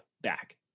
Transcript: back